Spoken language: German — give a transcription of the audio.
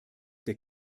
der